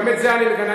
גם את זה אני מגנה.